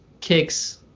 kicks